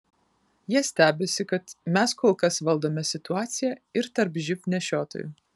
jie stebisi kad mes kol kas valdome situaciją ir tarp živ nešiotojų